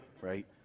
right